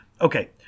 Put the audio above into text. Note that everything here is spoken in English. Okay